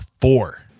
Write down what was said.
Four